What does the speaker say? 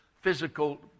physical